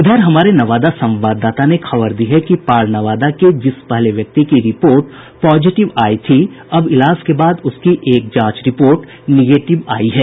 इधर हमारे नवादा संवाददाता ने खबर दी है कि पार नवादा के जिस पहले व्यक्ति की रिपोर्ट पॉजिटिव आई थी अब इलाज के बाद उसकी एक जांच रिपोर्ट निगेटिव आयी है